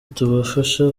tubafasha